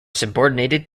subordinated